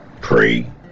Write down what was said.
pray